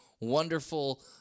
Wonderful